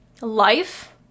life